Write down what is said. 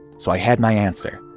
so i had my answer.